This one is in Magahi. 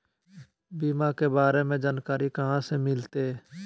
बीमा के बारे में जानकारी कहा से मिलते?